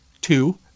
two